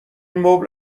مبل